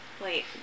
Wait